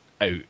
out